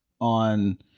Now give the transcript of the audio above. on